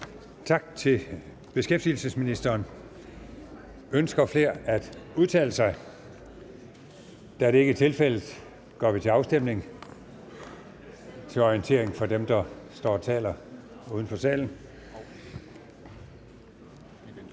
Tak til beskæftigelsesministeren. Ønsker flere at udtale sig? Da det ikke er tilfældet, går vi til afstemning – dette til orientering for dem, der står og taler uden for salen.